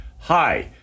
Hi